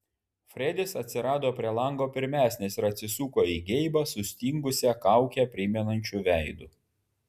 fredis atsirado prie lango pirmesnis ir atsisuko į geibą sustingusią kaukę primenančiu veidu